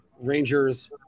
Rangers